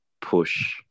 push